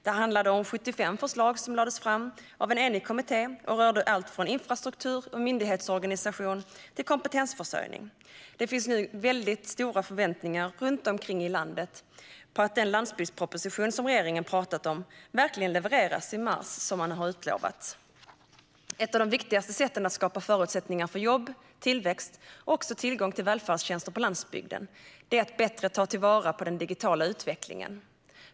Det handlar om 75 förslag som lades fram av en enig kommitté och rörde allt från infrastruktur och myndighetsorganisation till kompetensförsörjning. Det finns nu höga förväntningar runt omkring i landet på att den landsbygdsproposition som regeringen pratat om verkligen levereras i mars, som man har utlovat. Ett av de viktigaste sätten att skapa förutsättningar för jobb, tillväxt och tillgång till välfärdstjänster på landsbygden är att bättre ta vara på den digitala utvecklingen.